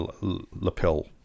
lapel